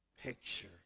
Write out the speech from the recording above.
Picture